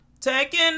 Taking